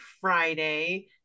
Friday